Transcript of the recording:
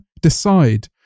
decide